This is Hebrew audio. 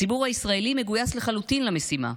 הציבור הישראלי מגויס לחלוטין למשימה: